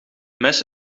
mes